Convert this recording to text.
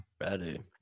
Ready